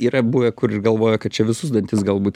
yra buvę kur ir galvoja kad čia visus dantis galbūt